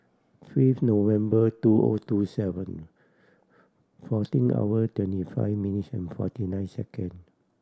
fifth November two O two seven fourteen hour twenty five minutes and forty nine second